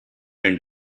and